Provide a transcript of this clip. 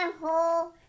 hole